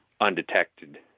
undetected